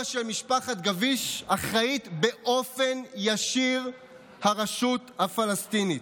של משפחת גביש אחראית באופן ישיר הרשות הפלסטינית.